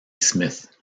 smith